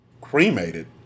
Cremated